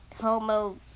homo